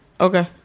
Okay